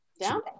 Down